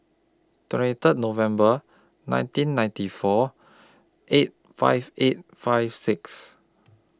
twenty Third November nineteen ninety four eight five eight five six